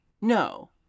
no